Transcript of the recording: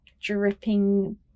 dripping